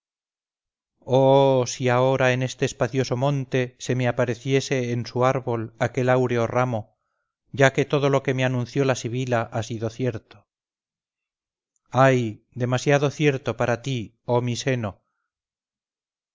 oh si ahora en este espacioso monte se me apareciese en su árbol aquel áureo ramo ya que todo lo que me anunció la sibila ha sido cierto ay demasiado cierto para ti oh miseno